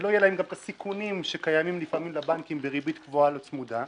ולא יהיו להם גם את הסיכונים שקיימים לבנקים בריבית קבועה לא צמודה.